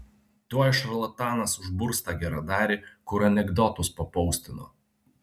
tuoj šarlatanas užburs tą geradarį kur anekdotus papostino